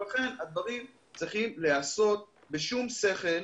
ולכן הדברים צריכים להיעשות בשום שכל.